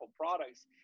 products